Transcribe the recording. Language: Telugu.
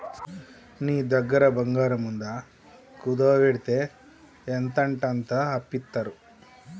నీ దగ్గర బంగారముందా, కుదువవెడ్తే ఎంతంటంత అప్పిత్తరు